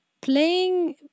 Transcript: playing